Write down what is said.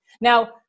Now